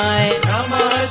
Namah